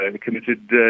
committed